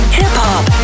hip-hop